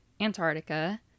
Antarctica